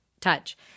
touch